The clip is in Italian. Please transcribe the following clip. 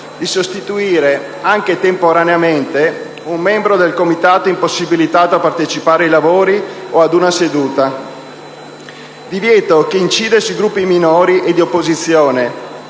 di sostituire, anche temporaneamente, un membro del Comitato impossibilitato a partecipare ai lavori o ad una seduta. Il divieto incide sui Gruppi minori e di opposizione